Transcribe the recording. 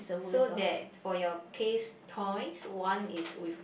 so that for your case toys one is with